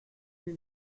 lui